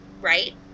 right